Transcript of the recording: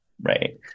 right